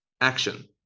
action